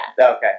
Okay